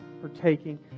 partaking